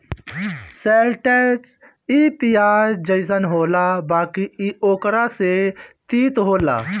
शैलटस इ पियाज जइसन होला बाकि इ ओकरो से तीत होला